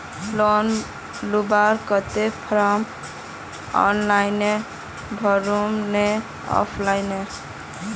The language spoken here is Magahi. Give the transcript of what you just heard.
लोन लुबार केते फारम ऑनलाइन भरुम ने ऑफलाइन?